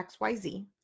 XYZ